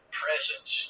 presence